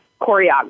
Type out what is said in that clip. choreography